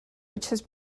which